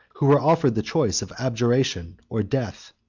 who were offered the choice of abjuration or death.